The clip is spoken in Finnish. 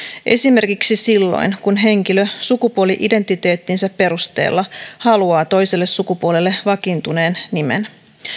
esimerkiksi silloin kun henkilö sukupuoli identiteettinsä perusteella haluaa toiselle sukupuolelle vakiintuneen nimen